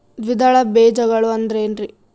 ದ್ವಿದಳ ಬೇಜಗಳು ಅಂದರೇನ್ರಿ?